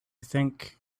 think